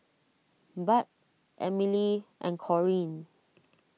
Bud Emilee and Corine